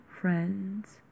friends